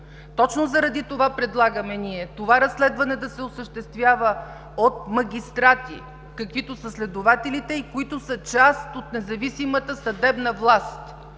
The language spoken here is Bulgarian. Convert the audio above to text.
Точно заради това предлагаме, това разследване да се осъществява от магистрати, каквито са следователите и които са част от независимата съдебна власт.